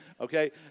Okay